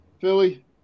Philly